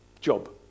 job